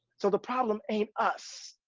so, the problem ain't us,